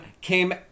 came